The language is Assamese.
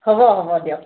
হ'ব হ'ব দিয়ক